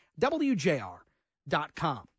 wjr.com